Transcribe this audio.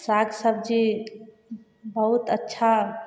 साग सब्जी बहुत अच्छा